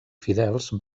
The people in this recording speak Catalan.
fidels